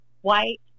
white